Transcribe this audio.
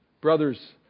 Brothers